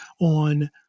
on